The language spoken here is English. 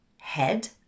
head